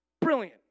Brilliant